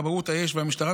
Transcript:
כבאות האש והמשטרה,